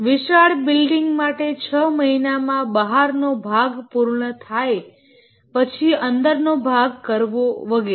વિશાળ બિલ્ડિંગ માટે છ મહિનામાં બહારનો ભાગ પૂર્ણ થાય પછી અંદર નો ભાગ કરવો વગેરે